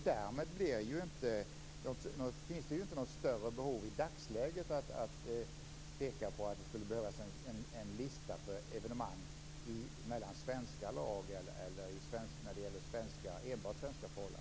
Därmed finns det i dagsläget inget större behov av en lista över evenemang med enbart svenska lag och under svenska förhållanden.